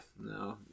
no